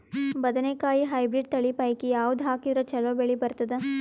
ಬದನೆಕಾಯಿ ಹೈಬ್ರಿಡ್ ತಳಿ ಪೈಕಿ ಯಾವದು ಹಾಕಿದರ ಚಲೋ ಬೆಳಿ ಬರತದ?